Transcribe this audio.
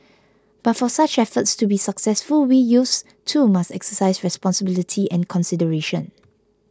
but for such efforts to be successful we youths too must exercise responsibility and consideration